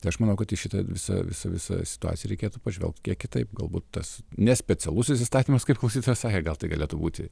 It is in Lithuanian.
tai aš manau kad į šitą visą visą visą situaciją reikėtų pažvelgt kiek kitaip galbūt tas ne specialusis įstatymas kaip klausytojas sakė gal tai galėtų būti